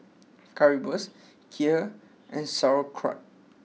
Currywurst Kheer and Sauerkraut